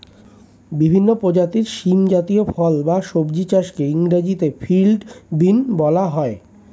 বিভিন্ন প্রজাতির শিম জাতীয় ফল বা সবজি চাষকে ইংরেজিতে ফিল্ড বিন বলা হয়